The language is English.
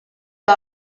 you